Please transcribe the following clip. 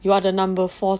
you are the number four